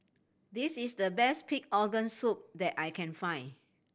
this is the best pig organ soup that I can find